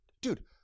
dude